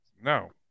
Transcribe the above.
No